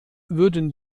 würden